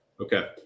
Okay